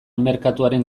merkatuaren